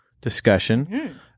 discussion